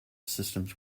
systems